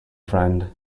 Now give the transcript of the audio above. friend